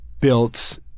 built